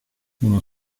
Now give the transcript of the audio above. uno